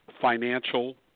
financial